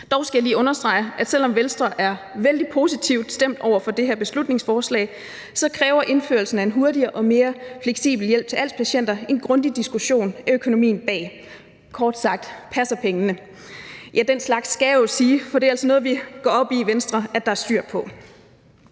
Dog skal jeg lige understrege, at selv om Venstre er vældig positivt stemt over for det her beslutningsforslag, så kræver indførelsen af en hurtigere og mere fleksibel hjælp til als-patienter en grundig diskussion af økonomien bag. Kort sagt: Passer pengene? Den slags skal jeg jo sige, for det er altså noget, vi i Venstre går op i at der er styr på.